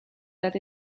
that